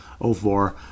04